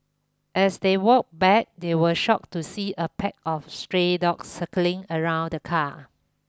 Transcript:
as they walked back they were shocked to see a pack of stray dogs circling around the car